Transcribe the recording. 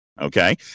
Okay